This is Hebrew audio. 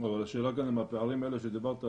אבל השאלה כאן אם הפערים האלה שדיברת עליהם,